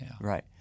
Right